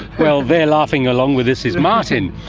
well, there laughing along with us is martin.